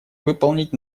выполнить